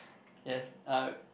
yes uh